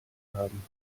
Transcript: haben